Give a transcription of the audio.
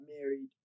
married